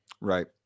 Right